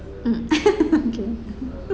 mm